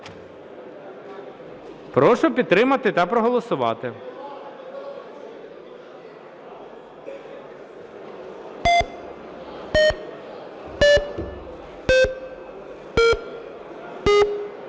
Прошу підтримати та проголосувати.